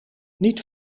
niet